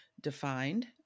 defined